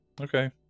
okay